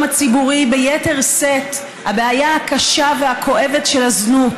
הציבורי ביתר שאת הבעיה הקשה והכואבת של הזנות,